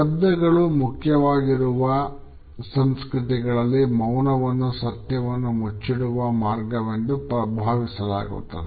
ಶಬ್ದಗಳು ಮುಖ್ಯವಾಗಿರುವ ಸಂಸ್ಕೃತಿಗಳಲ್ಲಿ ಮೌನವನ್ನು ಸತ್ಯವನ್ನು ಮುಚ್ಚಿಡುವ ಮಾರ್ಗವೆಂದು ಭಾವಿಸಲಾಗುತ್ತದೆ